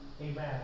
Amen